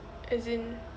as in